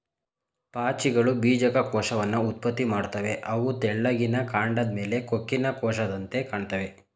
ಪಾಚಿಗಳು ಬೀಜಕ ಕೋಶವನ್ನ ಉತ್ಪತ್ತಿ ಮಾಡ್ತವೆ ಅವು ತೆಳ್ಳಿಗಿನ ಕಾಂಡದ್ ಮೇಲೆ ಕೊಕ್ಕಿನ ಕೋಶದಂತೆ ಕಾಣ್ತಾವೆ